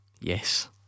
Yes